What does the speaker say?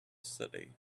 city